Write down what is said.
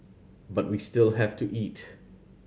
but we still have to eat